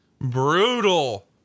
Brutal